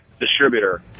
distributor